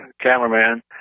cameraman